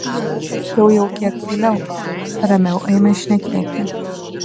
paskiau jau kiek tyliau ramiau ėmė šnekėti